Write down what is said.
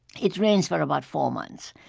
it rains for about four months,